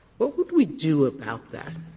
what would we do about that?